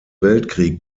weltkrieg